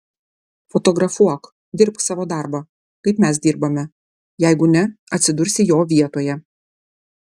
fotografuok dirbk savo darbą kaip mes dirbame jeigu ne atsidursi jo vietoje